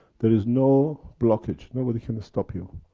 there is no blockage, nobody can stop you.